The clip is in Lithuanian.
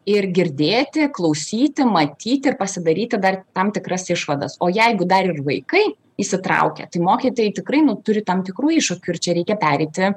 ir girdėti klausyti matyti ir pasidaryti dar tam tikras išvadas o jeigu dar ir vaikai įsitraukia tai mokytojai tikrai nu turi tam tikrų iššūkių ir čia reikia pereiti